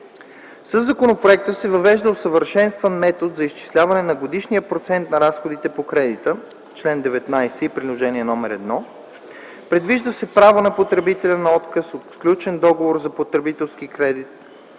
Със законопроекта се въвежда усъвършенстван метод за изчисляване на годишния процент на разходите по кредита (чл. 19 и Приложение № 1), предвижда се право на потребителя на отказ от сключения договор за потребителски кредит